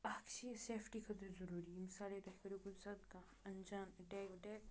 اکھ چھِ یہِ سیفٹی خٲطرٕ ضُروٗری یِم سارے تۄہہِ کَریو کُنہِ ساتہٕ کانٛہہ انجان اَٹٮ۪ک وَٹٮ۪ک